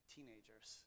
teenagers